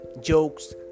Jokes